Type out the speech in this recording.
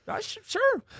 Sure